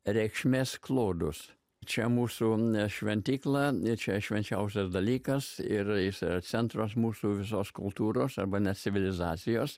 reikšmes klodus čia mūsų šventykla čia švenčiausias dalykas ir iš centras mūsų visos kultūros arba net civilizacijos